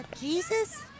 Jesus